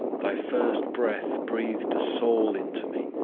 thy first breath breathed a soul into me,